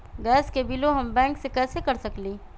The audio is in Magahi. गैस के बिलों हम बैंक से कैसे कर सकली?